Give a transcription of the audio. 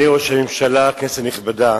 אדוני ראש הממשלה, כנסת נכבדה,